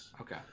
Okay